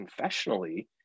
confessionally